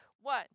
One